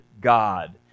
God